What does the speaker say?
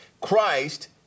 Christ